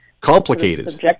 complicated